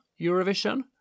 Eurovision